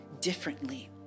differently